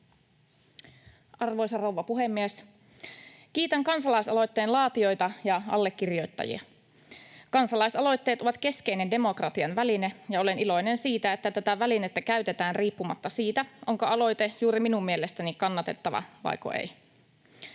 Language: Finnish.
Arvoisa rouva puhemies! Kiitän kansalaisaloitteen laatijoita ja allekirjoittajia. Kansalaisaloitteet ovat keskeinen demokratian väline, ja olen iloinen siitä, että tätä välinettä käytetään, riippumatta siitä, onko aloite juuri minun mielestäni kannatettava vaiko ei.